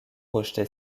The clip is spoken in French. rejeté